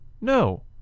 no